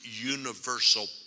universal